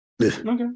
Okay